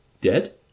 Dead